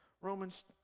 Romans